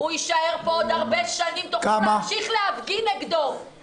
בגלל שאני חושב שצריך למנוע כל התקהלות שהיא לא הכרחית.